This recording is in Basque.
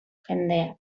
jendeak